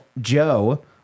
Joe